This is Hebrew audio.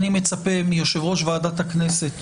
אני מצפה מיושב-ראש ועדת הכנסת